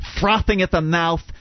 frothing-at-the-mouth